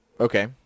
Okay